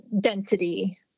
density